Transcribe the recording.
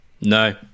No